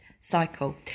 cycle